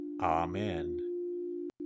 Amen